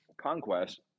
conquest